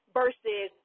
versus